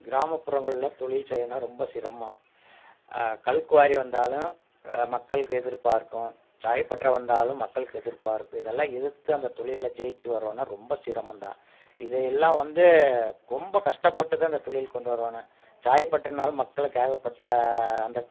கிராமப்புறங்கள்ல தொழில் செய்கிறதுன்னா ரொம்ப சிரமம் கல்குவாரி வந்தாலும் மக்களுக்கு எதிர்ப்பாயிருக்கும் சாயப்பட்றை வந்தாலும் மக்களுக்கு எதிர்ப்பாயிருக்கும் இதெல்லாம் எதிர்த்து அந்த தொழில்ல ஜெயிச்சு வரணுன்னா ரொம்ப சிரமம்தான் இதையெல்லாம் வந்து ரொம்ப கஷ்டப்பட்டு தான் இந்த தொழில் கொண்டு வரணும் சாயப்பட்டறைனால மக்களுக்கு ஏகப்பட்ட அந்த